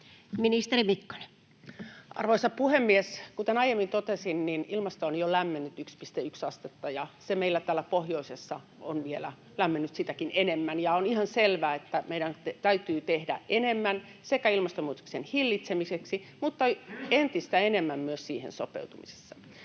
Content: Arvoisa puhemies! Kuten aiemmin totesin, niin ilmasto on jo lämmennyt 1,1 astetta ja meillä täällä pohjoisessa se on vielä lämmennyt sitäkin enemmän. On ihan selvää, että meidän täytyy tehdä enemmän sekä ilmastonmuutoksen hillitsemiseksi että entistä enemmän myös siihen sopeutumisessa.